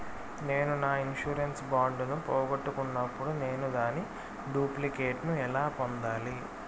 నేను నా insurance bond ను పోగొట్టుకున్నప్పుడు నేను దాని డూప్లికేట్ ను ఎలా పొందాలి?